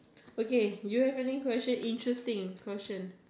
okay do you have any question interesting questions